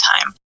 time